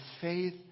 faith